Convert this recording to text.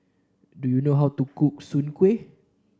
do you know how to cook Soon Kueh